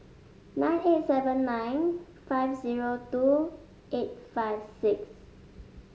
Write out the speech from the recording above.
nine eight seven nine five zero two eight five six